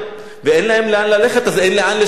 ואין להם לאן ללכת, אז אין לאן לשחרר.